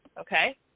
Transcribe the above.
Okay